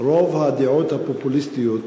רוב הדעות הפופוליסטיות,